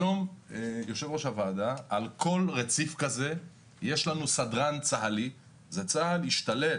היום, על כל רציף כזה יש סדרן צה"לי, צה"ל השתלט